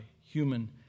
human